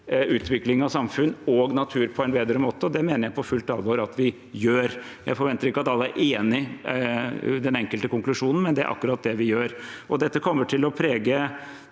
utvikling av samfunn og natur på en bedre måte, og det mener jeg i fullt alvor at vi gjør. Jeg forventer ikke at alle er enig i den enkelte konklusjonen, men det er akkurat det vi gjør. Dette kommer til å prege